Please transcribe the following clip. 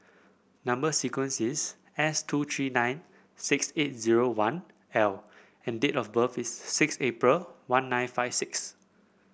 number sequence is S two three nine six eight zero one L and date of birth is six April one nine five six